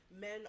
men